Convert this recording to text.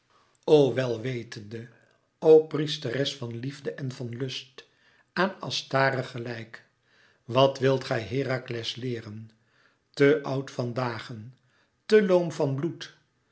o welwetende o priesteres van liefde en van lust aan astarte gelijk wàt wilt gij herakles leeren te oud van dagen te loom van bloed